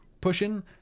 pushing